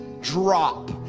drop